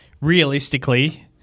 realistically